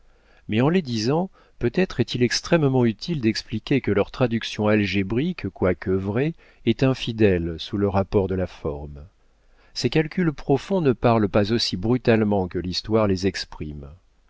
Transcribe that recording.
mais en les disant peut-être est-il extrêmement utile d'expliquer que leur traduction algébrique quoique vraie est infidèle sous le rapport de la forme ces calculs profonds ne parlent pas aussi brutalement que l'histoire les exprime